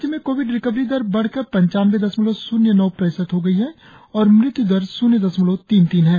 राज्य में Covid recovery दर बढ़कर पंचानवे दशमलव शून्य नौ प्रतिशत हो गई है और मृत्य् दर श्र्न्य दशमलव तीन तीन है